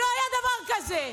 לא היה דבר כזה.